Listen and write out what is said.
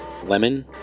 Lemon